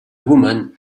woman